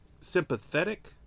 sympathetic